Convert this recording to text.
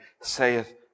saith